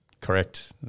correct